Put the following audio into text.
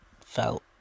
felt